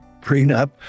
prenup